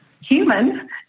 human